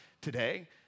today